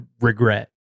regret